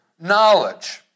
knowledge